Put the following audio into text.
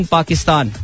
Pakistan